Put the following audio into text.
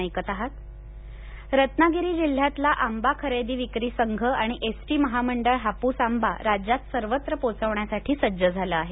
रत्नागिरी आंबा रत्नागिरी जिल्ह्यातला आंबा खरेदी विक्री संघ आणि एसटी महामंडळ हापूस आंबा राज्यात सर्वत्र पोहोचविण्यासाठी सज्ज झालं आहे